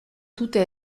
dute